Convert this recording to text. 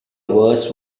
worse